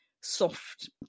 soft